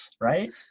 right